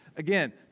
Again